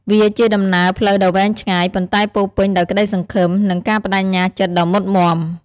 វាជាដំណើរផ្លូវដ៏វែងឆ្ងាយ ប៉ុន្តែពោរពេញដោយក្តីសង្ឃឹម និងការប្តេជ្ញាចិត្តដ៏មុតមាំ។